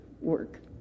work